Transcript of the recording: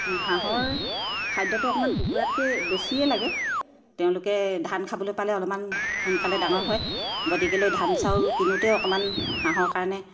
হাঁহৰ খাদ্যটো অকণমান কুকুৰাতকৈ বেছিয়ে লাগে তেওঁলোকে ধান খাবলৈ পালে অলপমান সোনকালে ডাঙৰ হয় গতিকেলৈ ধান চাউল কিনোতেও অকণমান হাঁহৰ কাৰণে